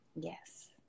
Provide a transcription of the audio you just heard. Yes